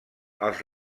els